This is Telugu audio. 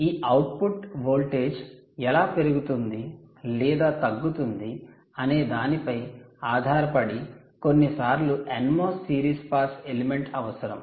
ఈ అవుట్పుట్ వోల్టేజ్ ఎలా పెరుగుతుంది లేదా తగ్గుతుంది అనేదానిపై ఆధారపడి కొన్ని సార్లు NMOS సిరీస్ పాస్ ఎలిమెంట్ అవసరం